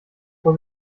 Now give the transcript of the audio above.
vor